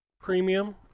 premium